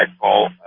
call